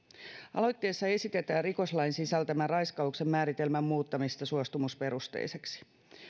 aloitteessa esitetään rikoslain sisältämän raiskauksen määritelmän muuttamista suostumusperusteiseksi